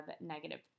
negative